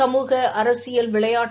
சமூக அரசியல் விளையாட்டு